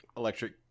electric